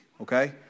Okay